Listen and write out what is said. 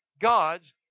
God's